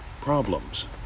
Problems